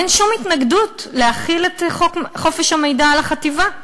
אין שום התנגדות להחלת חוק חופש המידע על החטיבה,